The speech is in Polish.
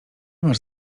masz